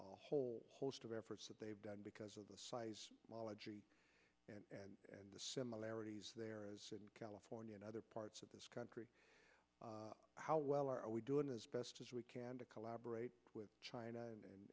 a whole host of efforts that they've done because of the size and the similarities there as california and other parts of this country how well are we doing as best as we can to collaborate with china and